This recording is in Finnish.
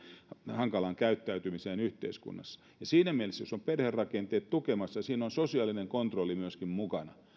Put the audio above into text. hankalaan käyttäytymiseen yhteiskunnassa siinä mielessä jos ajatellaan että perherakenteet ovat tukemassa ja siinä on myöskin sosiaalinen kontrolli mukana